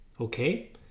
okay